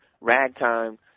ragtime